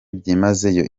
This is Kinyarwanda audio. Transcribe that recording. byimazeyo